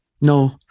no